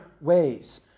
ways